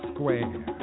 Square